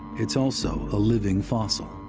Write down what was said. it's also a living fossil.